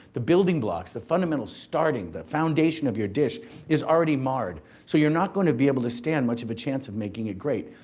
the building blocks, the fundamental starting, the foundation of your dish is already marred. so, you're not gonna be able to stand much of a chance of making it great.